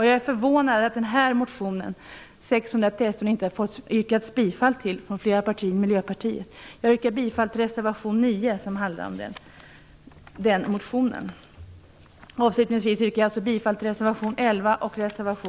Jag är förvånad över att inte flera partier än Miljöpartiet har tillstyrkt motion T613. Jag yrkar bifall till reservation 9, där det hemställs om bifall till denna motion. Sammanfattningsvis yrkar jag än en gång bifall till reservationerna 11 och 9.